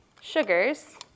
sugars